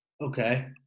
Okay